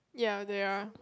ya there are